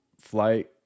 flight